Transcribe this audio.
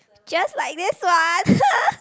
just like this one